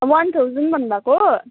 one thousand भन्नुभएको